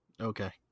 Okay